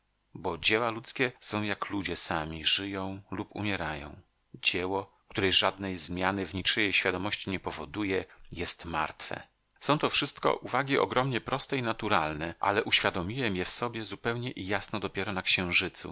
bo dzieła ludzkie są jak ludzie sami żyją lub umierają dzieło które żadnej zmiany w niczyjej świadomości nie powoduje jest martwe są to wszystko uwagi ogromnie proste i naturalne ale uświadomiłem je w sobie zupełnie i jasno dopiero na księżycu